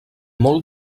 molt